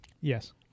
Yes